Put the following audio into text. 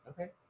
okay